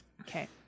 Okay